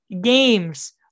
games